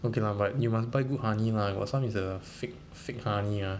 okay lah but you must buy good honey lah got some is a fake fake honey ah